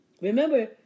Remember